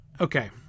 Okay